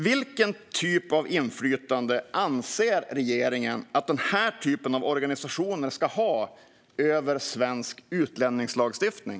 Vilket inflytande anser regeringen att denna typ av organisationer ska ha över svensk utlänningslagstiftning?